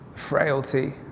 frailty